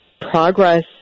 progress